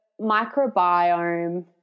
microbiome